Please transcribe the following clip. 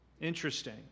Interesting